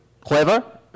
clever